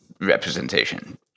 representation